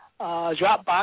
Dropbox